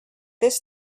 this